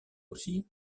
aussi